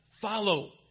follow